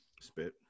Spit